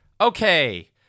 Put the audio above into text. Okay